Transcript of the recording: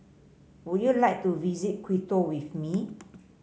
would you like to visit Quito with me